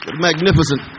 Magnificent